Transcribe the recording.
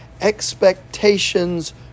expectations